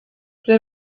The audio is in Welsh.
ble